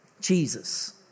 Jesus